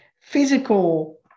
physical